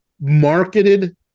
marketed